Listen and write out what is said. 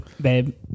babe